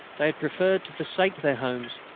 they had preferred to forsake their homes,